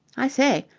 i say,